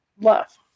love